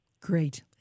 Great